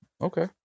Okay